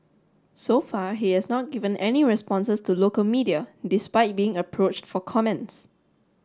so far he has not given any responses to local media despite being approached for comments